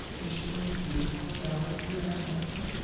is she as beautiful as ever, dear aunt hester?